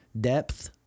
depth